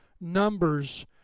numbers